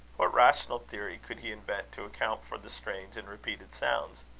what rational theory could he invent to account for the strange and repeated sounds?